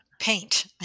paint